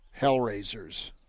hellraisers